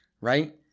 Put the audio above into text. right